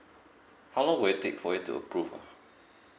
how long will it take for it to approve ah